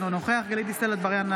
אינו נוכח גלית דיסטל אטבריאן,